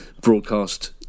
broadcast